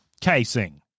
casing